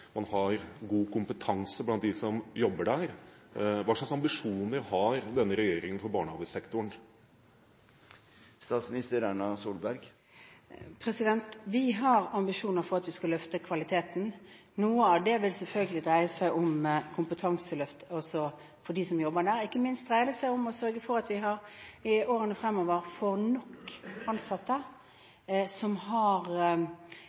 man har god kompetanse hos dem som jobber der? Hva slags ambisjoner har denne regjeringen for barnehagesektoren? Vi har ambisjoner om at vi skal løfte kvaliteten. Noe av det vil selvfølgelig dreie seg om kompetanseløft også for dem som jobber der. Ikke minst dreier det seg om å sørge for at vi i årene fremover får nok ansatte som har